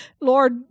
Lord